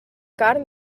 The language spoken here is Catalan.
carn